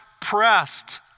pressed